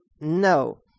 No